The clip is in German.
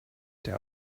der